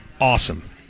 awesome